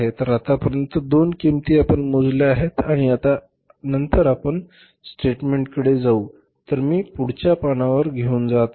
तर आतापर्यंत दोन किंमती आपण मोजल्या आहेत आणि आता नंतर आपण स्टेटमेंटकडे जाऊ तर मी पुढच्या पानावर घेऊन जात आहे